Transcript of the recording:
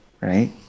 right